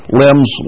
limbs